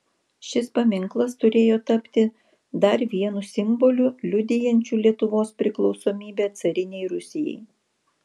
šis paminklas turėjo tapti dar vienu simboliu liudijančiu lietuvos priklausomybę carinei rusijai